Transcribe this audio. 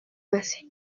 base